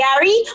Gary